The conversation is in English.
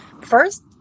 First